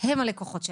מספיק שנים.